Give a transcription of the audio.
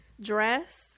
dress